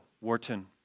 Wharton